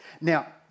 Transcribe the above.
Now